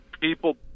people